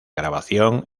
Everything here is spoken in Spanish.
grabación